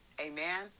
amen